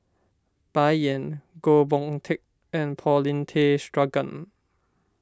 Bai Yan Goh Boon Teck and Paulin Tay Straughan